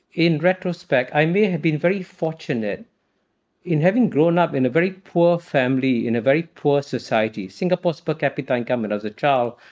in retrospect, i may have been very fortunate in having grown up in a very poor family, in a very poor society. singapore's per capita income, and as a child,